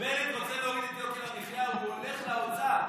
כשבנט רוצה להוריד את יוקר המחיה, הוא הולך לאוצר.